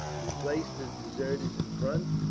he placed his deserters in front,